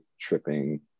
tripping